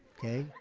okay?